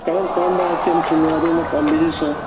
ꯀꯔꯝ ꯀꯔꯝꯕ ꯑꯥꯏꯇꯦꯝꯁꯤꯡꯅꯣ ꯑꯗꯣꯝꯅ ꯄꯥꯝꯕꯤꯔꯤꯁꯦ